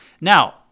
Now